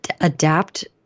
adapt